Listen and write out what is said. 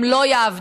הם לא יעבדו.